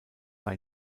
bei